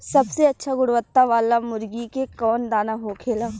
सबसे अच्छा गुणवत्ता वाला मुर्गी के कौन दाना होखेला?